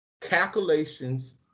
Calculations